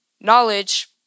Knowledge